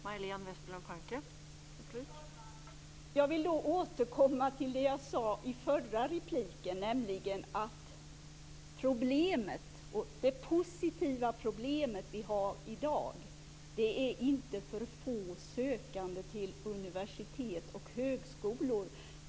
Fru talman! Jag vill då återkomma till det jag sade i förra repliken, nämligen att problemet - det positiva problemet - i dag inte är för få sökande till universitet och högskolor.